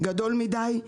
גדול מדי,